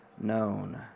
known